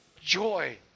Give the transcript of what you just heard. joy